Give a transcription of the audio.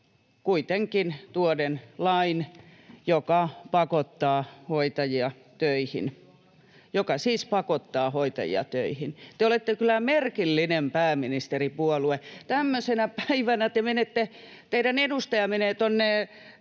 kuitenkin tuoden lain, joka pakottaa hoitajia töihin — joka siis pakottaa hoitajia töihin. Te olette kyllä merkillinen pääministeripuolue. Tämmöisenä päivänä teidän edustajanne menee tuonne